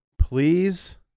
Please